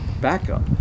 backup